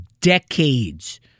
decades